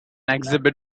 exhibit